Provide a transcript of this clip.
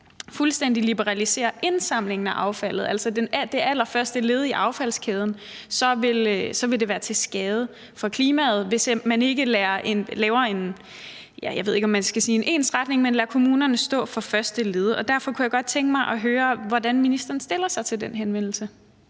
fuldstændig liberaliserer indsamlingen af affaldet, altså det allerførste led i affaldskæden, så vil være til skade for klimaet, og hvis man ikke laver, ja, jeg ved ikke, om man skal sige en ensretning, men ikke lader kommunerne stå for det første led. Derfor kunne jeg godt tænke mig at høre, hvordan ministeren stiller sig til den henvendelse.